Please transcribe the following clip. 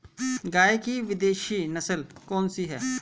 गाय की विदेशी नस्ल कौन सी है?